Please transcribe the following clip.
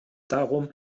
darum